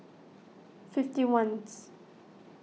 fifty ones